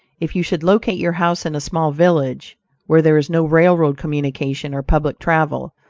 if you should locate your house in a small village where there is no railroad communication or public travel,